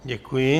Děkuji.